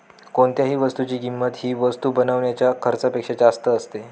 कोणत्याही वस्तूची किंमत ही वस्तू बनवण्याच्या खर्चापेक्षा जास्त असते